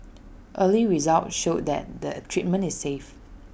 early results show that the treatment is safe